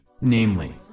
namely